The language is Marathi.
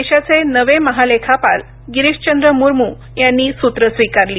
देशाचे नवे महालेखापाल गिरीशचंद्र मुर्मू यांनी सूत्र स्वीकारली